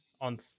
on